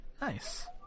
Nice